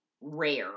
rare